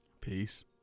Peace